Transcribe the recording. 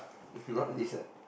not this ah